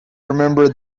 remember